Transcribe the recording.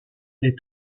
des